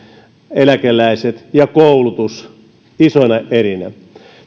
eläkeläiset ja koulutus isoina erinä